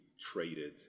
traded